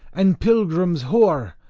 and pilgrims hoar,